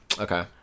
Okay